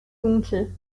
dunkel